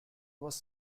was